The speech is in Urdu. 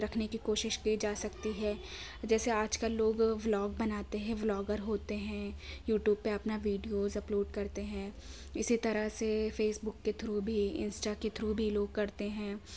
رکھنے کی کوشش کی جا سکتی ہے جیسے آج کل لوگ بلاگ بناتے ہیں بلاگر ہوتے ہیں یوٹیوب پہ اپنا ویڈیوز اپلوڈ کرتے ہیں اِسی طرح سے فیس بک کے تھرو بھی انسٹا کے تھرو بھی لوگ کرتے ہیں